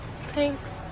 Thanks